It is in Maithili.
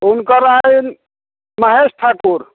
हुनकर रहनि महेश ठाकुर